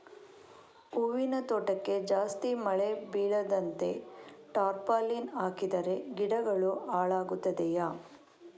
ಹೂವಿನ ತೋಟಕ್ಕೆ ಜಾಸ್ತಿ ಮಳೆ ಬೀಳದಂತೆ ಟಾರ್ಪಾಲಿನ್ ಹಾಕಿದರೆ ಗಿಡಗಳು ಹಾಳಾಗುತ್ತದೆಯಾ?